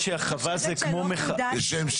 אני יושב-ראש